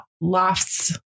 lofts